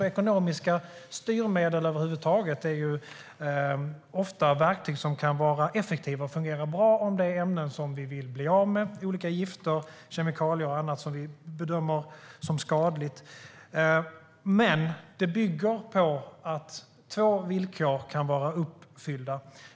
Ekonomiska styrmedel över huvud taget är ofta verktyg som kan vara effektiva och fungera bra om det är ämnen som vi vill bli av med - olika gifter, kemikalier och annat som vi bedömer som skadliga. Detta bygger emellertid på att två villkor är uppfyllda.